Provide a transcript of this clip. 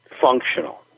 functional